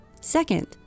Second